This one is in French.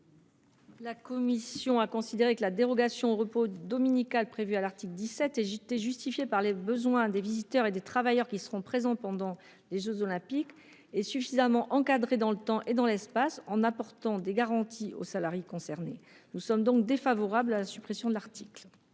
La commission a considéré que la dérogation au repos dominical prévue à l'article 17 était justifiée par les besoins des visiteurs et des travailleurs présents pendant les Jeux et suffisamment encadrée dans le temps et dans l'espace. En outre, des garanties sont apportées aux salariés concernés. Nous sommes donc défavorables à la suppression de cet article.